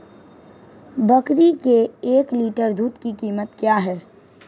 बकरी के एक लीटर दूध की कीमत क्या है?